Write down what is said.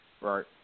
Right